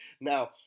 Now